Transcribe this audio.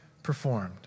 Performed